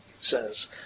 says